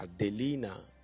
Adelina